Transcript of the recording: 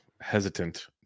hesitant